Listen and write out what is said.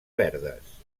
verdes